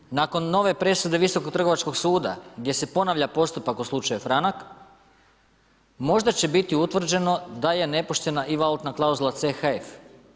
Druga stvar, nakon nove presude Visokog trgovačkog suda, gdje se ponavlja postupak o slučaju franak, možda će biti u tvrđeno da je nepoštena i valutna klauzula CHF.